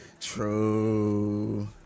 true